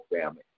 family